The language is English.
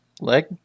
Leg